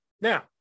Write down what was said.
Now